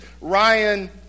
Ryan